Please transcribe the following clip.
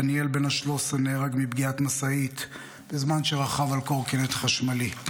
דניאל בן ה-13 נהרג מפגיעת משאית בזמן שרכב על קורקינט חשמלי,